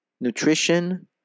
Nutrition